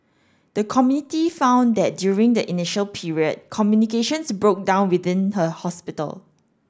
the committee found that during the initial period communications broke down within the hospital